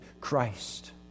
Christ